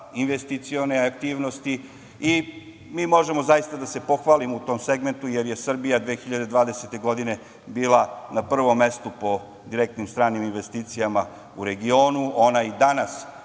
investicione aktivnosti. Mi zaista možemo da se pohvalimo u tom segmentu, jer je Srbija 2020. godine bila na prvom mestu po direktnim stranim investicijama u regionu. Ona i danas